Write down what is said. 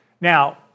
Now